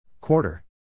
Quarter